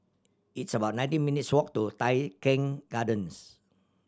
it's about nineteen minutes' walk to Tai Keng Gardens